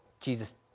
Jesus